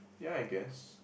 ya I guess